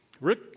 Rick